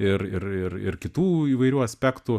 ir ir ir ir kitų įvairių aspektų